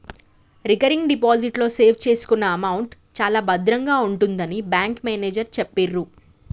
recurring deposit లో save చేసుకున్న amount చాలా భద్రంగా ఉంటుందని బ్యాంకు మేనేజరు చెప్పిర్రు